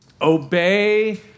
obey